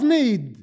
need